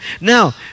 now